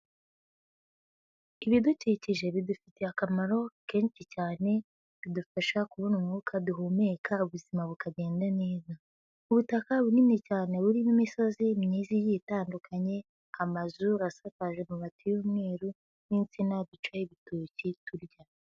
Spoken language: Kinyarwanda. Ibidukikije bidufitiye akamaro kenshi cyane bidufasha kubona umwuka duhumeka ubuzima bukagenda neza. Ubutaka bunini cyane burimo imisozi myiza igiye itandukanye, amazu arasakaje amabati y'umweru n'insina ducaho ibitoki turya.